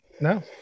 no